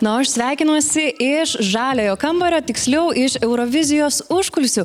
na o aš sveikinuosi iš žaliojo kambario tiksliau iš eurovizijos užkulisių